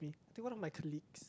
do you know one of my colleagues